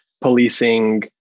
policing